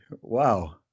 wow